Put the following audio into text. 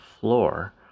floor